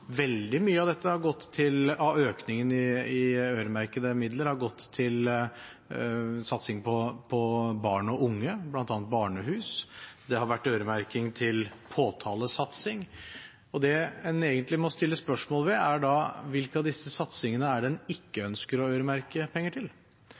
Veldig mye av økningen i øremerkede midler har gått til satsing på barn og unge, bl.a. barnehus. Det har vært øremerking til påtalesatsing. Det en egentlig bør stille spørsmål ved, er da: Hvilke av disse satsingene er det en ikke